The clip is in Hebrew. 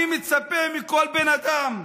אני מצפה מכל בן אדם,